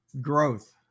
growth